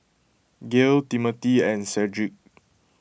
Gayle Timmothy and Cedrick